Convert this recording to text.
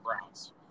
Browns